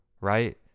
right